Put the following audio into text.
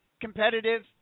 competitive